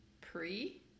Pre